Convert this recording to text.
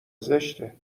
زشته